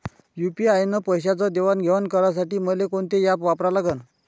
UPI न पैशाचं देणंघेणं करासाठी मले कोनते ॲप वापरा लागन?